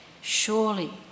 Surely